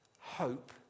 hope